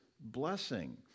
blessing